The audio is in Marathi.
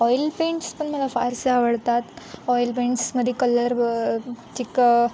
ऑईल पेंट्स पण मला फारसे आवडतात ऑईल पेंट्समध्ये कलर व चिक